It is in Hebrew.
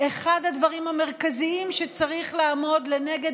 אחד הדברים המרכזיים שצריך לעמוד לנגד